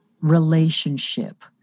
relationship